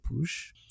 push